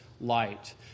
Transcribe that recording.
light